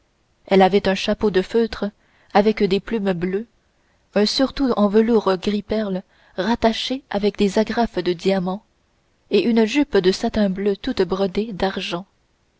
elle avait un chapeau de feutre avec des plumes bleues un surtout en velours gris perle rattaché avec des agrafes de diamants et une jupe de satin bleu toute brodée d'argent